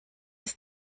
ist